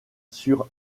sur